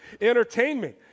Entertainment